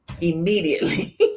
immediately